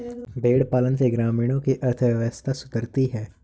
भेंड़ पालन से ग्रामीणों की अर्थव्यवस्था सुधरती है